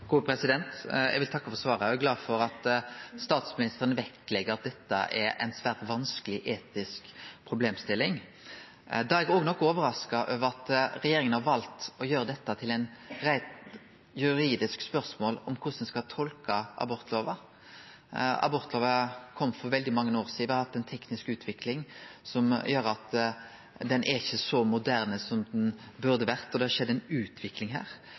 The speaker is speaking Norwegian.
glad for at statsministeren legg vekt på at dette er ei svært vanskeleg etisk problemstilling. Da er eg nok overraska over at regjeringa har vald å gjere dette til eit reint juridisk spørsmål om korleis ein skal tolke abortlova. Abortlova kom for veldig mange år sidan, og me har hatt ei teknisk utvikling som gjer at lova ikkje er så moderne som ho burde ha vore. Det har skjedd ei utvikling her.